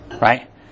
Right